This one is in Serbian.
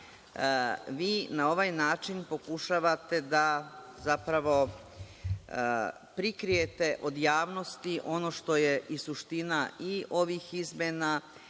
vi na ovaj način pokušavate da zapravo prikrijete od javnosti ono što je i suština i ovih izmena